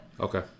Okay